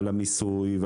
על המיסוי,